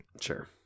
Sure